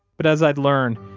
but as i'd learned,